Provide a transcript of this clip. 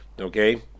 okay